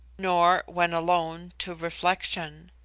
nor, when alone, to reflection.